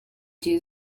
gihe